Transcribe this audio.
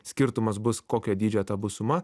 skirtumas bus kokio dydžio ta bus suma